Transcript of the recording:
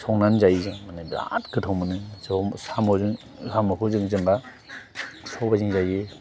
संनानै जायो जों बिराद गोथाव मोनो साम'खौ जों जेनेबा सबाइजों जायो